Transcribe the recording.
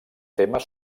temes